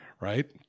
right